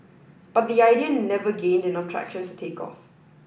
but the idea never gained enough traction to take off